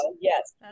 Yes